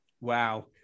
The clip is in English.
Wow